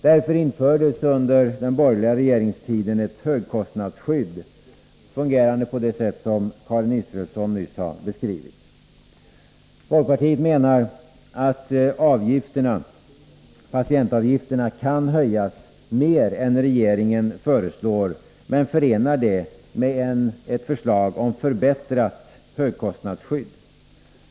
Därför infördes under den borgerliga regeringstiden ett högkostnadsskydd, fungerande på det sätt som Karin Israelsson nyss har beskrivit. Folkpartiet menar att patientavgifterna kan höjas mer än regeringen föreslår men förenar det med ett förslag om förbättrat högkostnadsskydd.